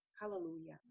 hallelujah